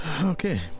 Okay